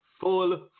full